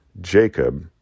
Jacob